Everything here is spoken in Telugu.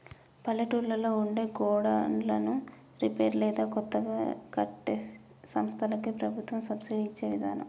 పల్లెటూళ్లలో ఉండే గోడన్లను రిపేర్ లేదా కొత్తగా కట్టే సంస్థలకి ప్రభుత్వం సబ్సిడి ఇచ్చే విదానం